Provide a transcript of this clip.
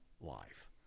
life